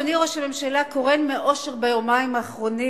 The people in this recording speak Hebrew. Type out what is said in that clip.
אדוני ראש הממשלה קורן מאושר ביומיים האחרונים